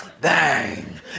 Bang